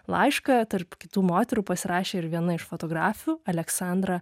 laišką tarp kitų moterų pasirašė ir viena iš fotografių aleksandrą